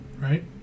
right